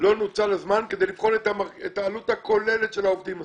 לא נוצל הזמן כדי לבחון את העלות הכוללת של העובדים הזרים.